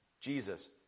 Jesus